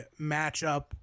matchup